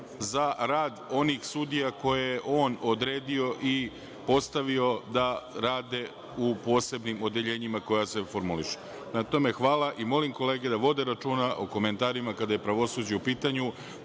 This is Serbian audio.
za rad onih sudija koje je on odredio i postavio da rade u posebnim odeljenjima koja se formulišu. Prema tome, hvala, i molim kolege da vode računa o komentarima kada je pravosuđe u pitanju.